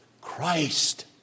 Christ